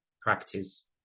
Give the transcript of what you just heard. practice